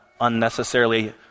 unnecessarily